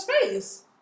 space